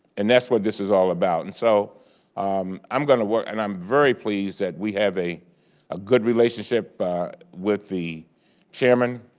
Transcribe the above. and that's what this is all about. and so um i'm going to, and i'm very pleased that we have a ah good relationship with the chairman.